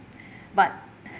but